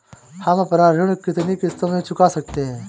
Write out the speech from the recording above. हम अपना ऋण कितनी किश्तों में चुका सकते हैं?